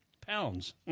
pounds